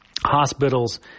hospitals